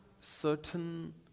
certain